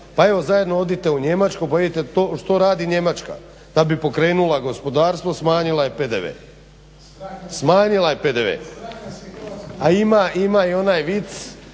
Pa evo zajedno odite u Njemačku, pa vidite što radi Njemačka, da je pokrenula gospodarstvo smanjila je PDV. A ima i onaj vic